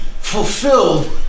fulfilled